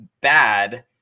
bad